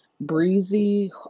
breezy